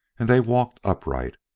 and they walked upright.